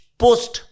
post